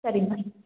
ಸರಿ ಮ್ಯಾಮ್